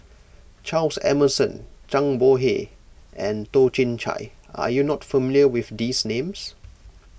Charles Emmerson Zhang Bohe and Toh Chin Chye are you not familiar with these names